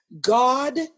God